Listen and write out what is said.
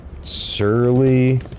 surly